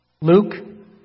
Luke